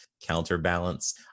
counterbalance